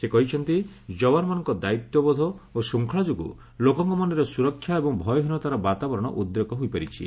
ସେ କହିଛନ୍ତି ଯବାନମାନଙ୍କ ଦାୟିତ୍ୱବୋଧ ଓ ଶୃଙ୍ଖଳା ଯୋଗୁଁ ଲୋକଙ୍କ ମନରେ ସୁରକ୍ଷା ଏବଂ ଭୟହୀନତାର ବାତାବରଣ ଉଦ୍ରେକ ହୋଇପାରିଛି